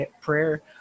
prayer